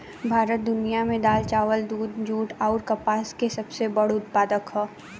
भारत दुनिया में दाल चावल दूध जूट आउर कपास के सबसे बड़ उत्पादक ह